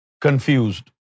confused